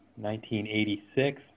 1986